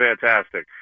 fantastic